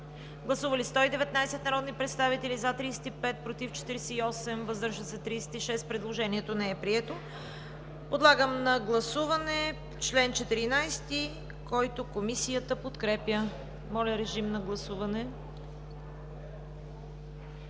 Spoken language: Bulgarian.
Гласували 109 народни представители: за 14, против 54, въздържали се 41. Предложението не е прието. Подлагам на гласуване чл. 25, който Комисията подкрепя. Гласували